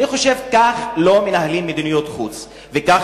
אני חושב שכך לא מנהלים מדיניות חוץ וכך